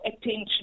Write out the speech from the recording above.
attention